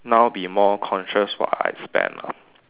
now be more conscious what I spend lah